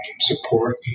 support